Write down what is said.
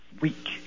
week